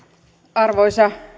arvoisa